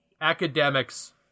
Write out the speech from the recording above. academics